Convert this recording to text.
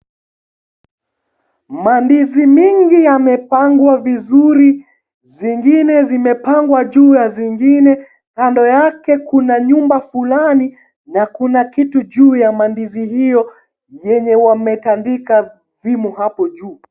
Mandizi mingi yamepangwa vizuri zingine zimepangwa juu ya zingine kando yake kuna nyumba fulani na kuna kitu juu ya mandizi hiyo yenye wamekandika vimo hapo juu.